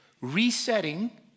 resetting